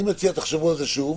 אני מציע שתחשבו על זה שוב.